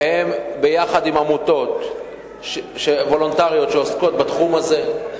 והם, יחד עם עמותות וולונטריות שעוסקות בתחום הזה,